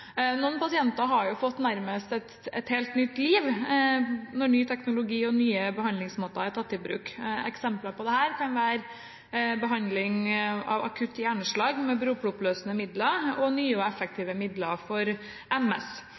Noen pasienter har fått nærmest et helt nytt liv når ny teknologi og nye behandlingsmåter er tatt i bruk. Eksempler på dette kan være behandling av akutt hjerneslag med blodproppløsende midler og nye og effektive midler for MS.